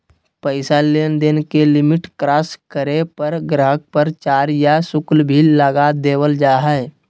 पैसा लेनदेन के लिमिट क्रास करे पर गाहक़ पर चार्ज या शुल्क भी लगा देवल जा हय